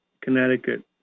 Connecticut